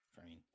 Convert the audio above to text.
frame